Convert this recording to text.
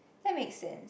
that makes sense